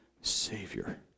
Savior